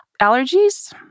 allergies